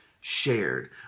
shared